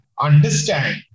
understand